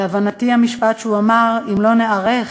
להבנתי, המשפט שהוא אמר: אם לא ניערך,